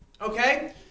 Okay